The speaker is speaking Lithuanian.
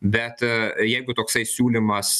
bet jeigu toksai siūlymas